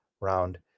round